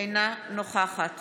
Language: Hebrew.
אינה נוכחת